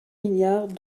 milliards